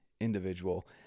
individual